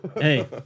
Hey